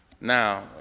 Now